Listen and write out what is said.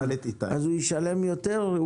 אז הוא ישלם יותר?